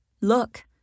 Look